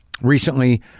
recently